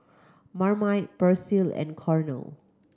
Marmite Persil and Cornell